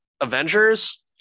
avengers